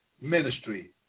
Ministry